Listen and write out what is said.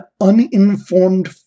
uninformed